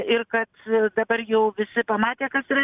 ir kad dabar jau visi pamatė kas yra